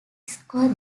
score